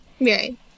Right